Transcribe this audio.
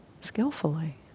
skillfully